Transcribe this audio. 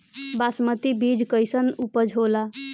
बासमती बीज कईसन उपज होला?